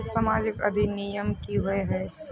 सामाजिक अधिनियम की होय है?